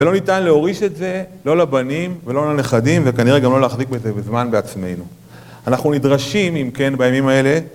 ולא ניתן להוריש את זה, לא לבנים ולא לנכדים, וכנראה גם לא להחזיק בזה בזמן בעצמנו. אנחנו נדרשים, אם כן, בימים האלה,